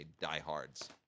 diehards